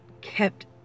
kept